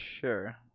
Sure